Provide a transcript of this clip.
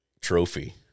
trophy